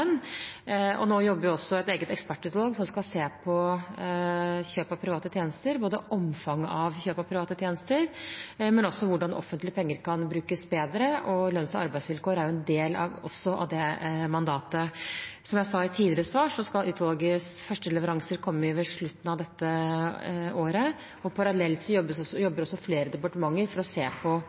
Nå jobber også et eget ekspertutvalg som skal se på kjøp av private tjenester, både omfanget av kjøp av private tjenester og hvordan offentlige penger kan brukes bedre. Lønns- og arbeidsvilkår er en del av deres mandat. Som jeg sa i et tidligere svar, skal utvalgets første leveranser komme ved slutten av dette året. Parallelt jobber også flere departementer for å se på